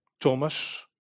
Thomas